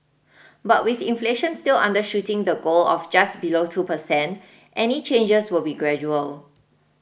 but with inflation still undershooting the goal of just below two per cent any changes will be gradual